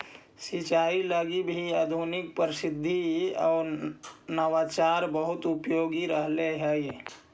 सिंचाई लगी भी आधुनिक पद्धति आउ नवाचार बहुत उपयोगी रहलई हे